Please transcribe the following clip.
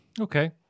okay